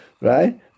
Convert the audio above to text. right